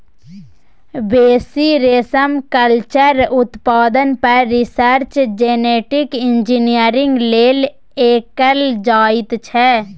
बेसी रेशमकल्चर उत्पादन पर रिसर्च जेनेटिक इंजीनियरिंग लेल कएल जाइत छै